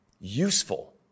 useful